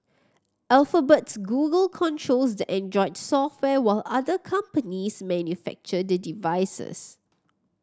Alphabet's Google controls the Android software while other companies manufacture the devices